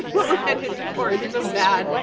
what we're headed for is so bad.